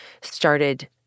started